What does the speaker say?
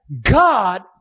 God